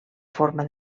forma